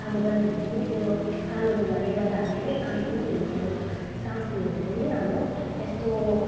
आगो बाल्यो भने पनि त्यो कालो धुँवाले गर्दा हामीले सास पनि लिन सक्दैन सास लियो भने पनि हाम्रो यस्तो